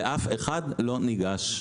ואף אחד לא ניגש.